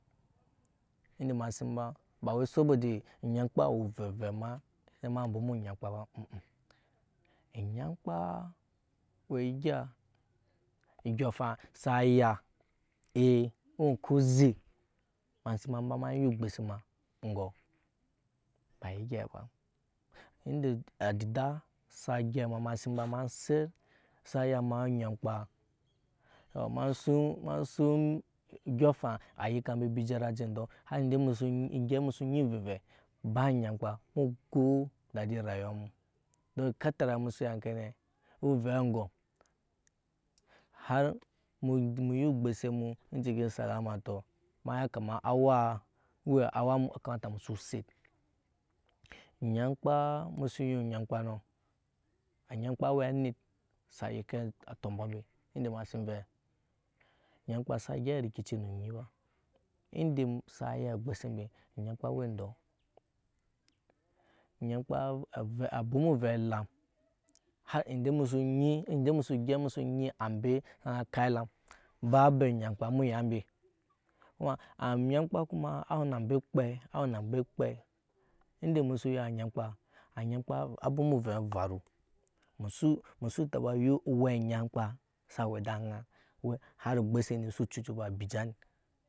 Ende ema si mbe ba we sobo de onyamkpa sa we ovɛvɛ ma ŋke ma bwoma onyamkpa we egya odyɔŋ sa ya ee o we oŋke oze ema si mba ma mba ya ogbose ŋgo b egei b ende adida sa gyɛp ema ba ma set sa ya ema onyamkpa ema suŋ ma suŋ odyɔŋ afaŋ a yika mbe jara uje ends har ende musu ya ovɛvɛ ba anyamkpa mu go dadi rayuwa mu don ekatara emu du ya enke ne o we ovɛ aŋgɔm har mu ya ogbose mu enciki salama tɔ ma ya kama awa owe a wa musu kamata musu set onyamkpa musu ya onyamkpa nɔ anyamkpa a we anit sa yike atɔmbɔ ni ende ema sin vɛ nyamkpa sa gyɛp. rikici na anyi ba ende sa ya obgose mbe anyamkpa awe ndɔɔ onyankpa a bwoma ovɛ elam har ende musu nyi sa kap elam ba abe anyamkpa emu ya mbe mu ya anyam kpa kuma a we na ambe kpɛi a we na ambe kpɛi ende emu su ya anyamkpa anyamkpa abwoma ovɛ evearu musu taba ya wɛ nyamkpa sa we ede aŋa har ogbose ni su cucu ba ebija eni.